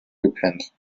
gepennt